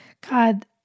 God